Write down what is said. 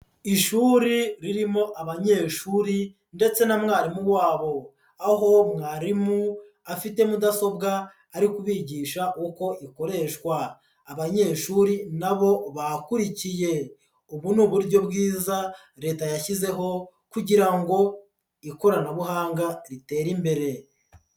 Ishuri ririmo abanyeshuri ndetse na mwarimu wa bo, aho mwarimu afite mudasobwa ari kubigisha uko ikoreshwa abanyeshuri na bo bakurikiye, ubu ni uburyo bwiza Leta yashyizeho kugira ngo ikoranabuhanga ritere imbere.